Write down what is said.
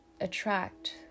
attract